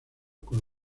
con